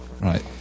Right